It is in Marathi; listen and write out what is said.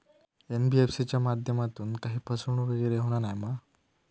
एन.बी.एफ.सी च्या माध्यमातून काही फसवणूक वगैरे होना नाय मा?